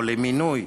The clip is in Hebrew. או למינוי